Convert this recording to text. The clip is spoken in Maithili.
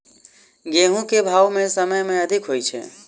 गेंहूँ केँ भाउ केँ समय मे अधिक होइ छै?